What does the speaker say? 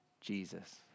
Jesus